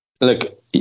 look